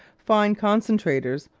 fine concentrators,